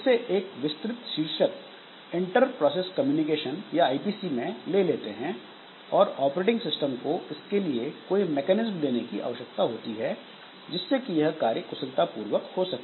इसे एक विस्तृत शीर्षक inter process communication IPCInter Process Communication में ले लेते हैं और ऑपरेटिंग सिस्टम को इसके लिए कोई मैकेनिज्म देने की आवश्यकता होती है जिससे कि यह कार्य कुशलता पूर्वक हो सके